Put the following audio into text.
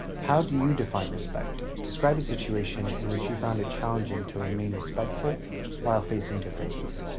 how do you define respect? describe a situation in which you found it challenging to remain respectful while facing differences.